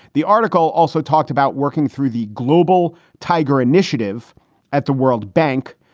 the article also talked about working through the global tiger initiative at the world bank.